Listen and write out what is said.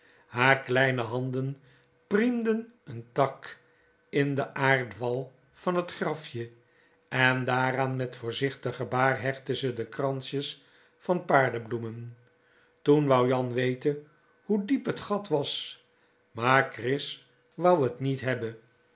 haar kleine handen priemden n tak in den aardwal van t grafje en daaraan met voorzichtig gebaar hechtte ze de kransjes van paardebloemen toen wou jan wéten hoe diep t gat was maar chris wou t niet hebbe